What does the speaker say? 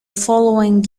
following